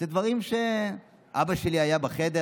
זה דברים שבהם אבא שלי היה בחדר.